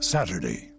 Saturday